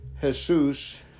Jesus